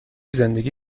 زندگی